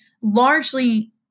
largely